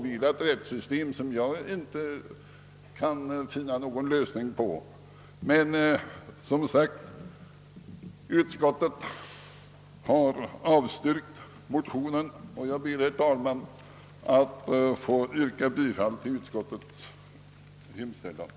Ett rättssystem som fungerar på detta sätt kan jag inte finna vara riktigt. Utskottet har som sagt avstyrkt motionen, och jag ber, herr talman, att få yrka bifall till utskottets hemställan.